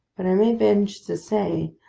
but i may venture to say,